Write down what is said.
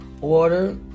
order